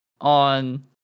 On